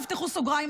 תפתחו סוגריים,